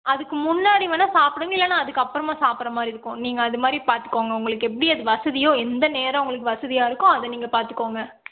அதுக்கு முன்னாடி வேணால் சாப்பிடுங்க இல்லைனா அதுக்கு அப்புறமா சாப்பிட்றா மாதிரி இருக்கும் நீங்கள் அது மாதிரி பார்த்துக்கோங்க உங்களுக்கு எப்படி அது வசதியோ எந்த நேரம் உங்களுக்கு வசதியாக இருக்கோ அதை நீங்கள் பார்த்துக்கோங்க